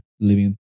living